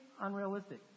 unrealistic